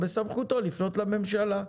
בסמכותו לפנות לממשלה.